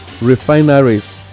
refineries